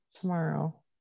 tomorrow